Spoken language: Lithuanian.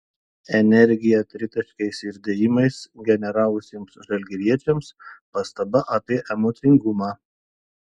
energiją tritaškiais ir dėjimais generavusiems žalgiriečiams pastaba apie emocingumą